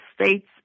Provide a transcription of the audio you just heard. States